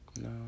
No